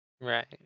Right